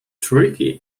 tricky